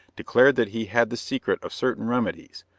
declared that he had the secret of certain remedies,